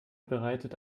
bereitet